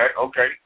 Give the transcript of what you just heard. okay